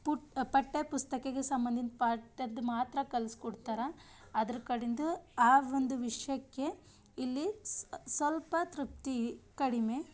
ಪು ಪಠ್ಯಪುಸ್ತಕಕ್ಕೆ ಸಂಬಂಧಿತ ಪಠ್ಯದ್ದು ಮಾತ್ರ ಕಲ್ಸ್ಕೊಡ್ತಾರ ಅದರ ಕಡಿಂದು ಆ ಒಂದು ವಿಷಯಕ್ಕೆ ಇಲ್ಲಿ ಸ್ ಸ್ವಲ್ಪ ತೃಪ್ತಿ ಕಡಿಮೆ